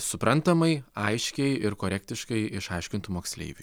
suprantamai aiškiai ir korektiškai išaiškintų moksleiviui